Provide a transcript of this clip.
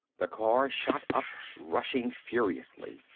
the car shot up, rushing furiously.